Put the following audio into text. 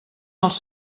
els